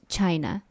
China